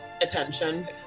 attention